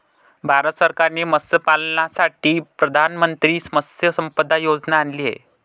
भारत सरकारने मत्स्यपालनासाठी प्रधानमंत्री मत्स्य संपदा योजना आणली आहे